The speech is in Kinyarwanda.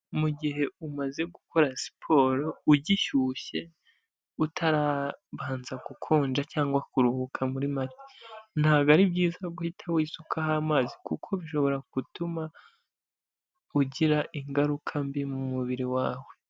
Mu gihe umaze gukora siporo ugishyushye utarabanza gukonja cyangwa kuruhuka muri macye, ntabwo ari byiza guhita wisukaho amazi kuko bishobora gutuma ugira ingaruka mbi mu mubiri wawe.